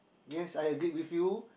yes I agreed with you